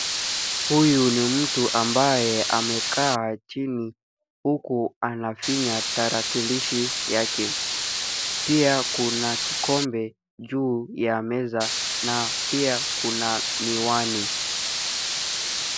Huyu ni mtu ambaye amekaa chini huku anafinya tarakilishi yake. Pia kuna kikombe juu ya meza na pia kuna miwani.